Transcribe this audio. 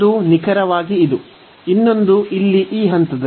ಒಂದು ನಿಖರವಾಗಿ ಇದು ಇನ್ನೊಂದು ಇಲ್ಲಿ ಈ ಹಂತದಲ್ಲಿ